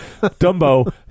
Dumbo